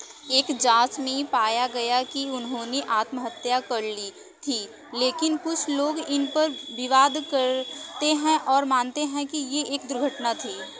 एक जाँच में पाया गया कि उन्होंने आत्महत्या कर ली थी लेकिन कुछ लोग इन पर विवाद करते हैं और मानते हैं कि ये एक दुर्घटना थी